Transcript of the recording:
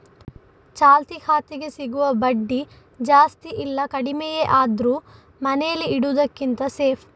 ಚಾಲ್ತಿ ಖಾತೆಗೆ ಸಿಗುವ ಬಡ್ಡಿ ಜಾಸ್ತಿ ಇಲ್ಲ ಕಡಿಮೆಯೇ ಆದ್ರೂ ಮನೇಲಿ ಇಡುದಕ್ಕಿಂತ ಸೇಫ್